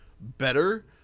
better